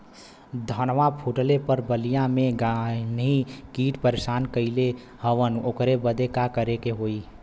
धनवा फूटले पर बलिया में गान्ही कीट परेशान कइले हवन ओकरे बदे का करे होई?